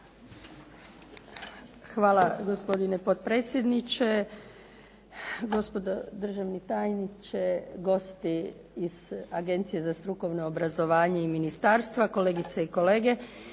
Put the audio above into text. Hvala gospodine potpredsjedniče, gospodo državni tajniče, gosti iz Agencije za strukovno obrazovanje i ministarstva, kolegice i kolege.